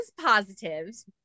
positives